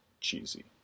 cheesy